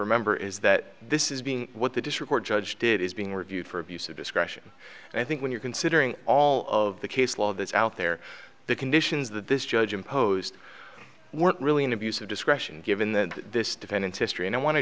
remember is that this is being what the district judge did is being reviewed for abuse of discretion and i think when you're considering all of the case law that's out there the conditions that this judge imposed weren't really an abuse of discretion given that this defendant's history and i want to